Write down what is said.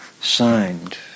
Signed